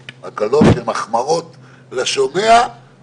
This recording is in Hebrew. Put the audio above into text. יכול להיות שבהמשך נסדר את הנושא הזה של ברית